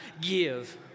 give